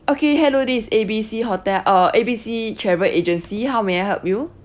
okay hello this is A B C hotel uh A B C travel agency how may I help you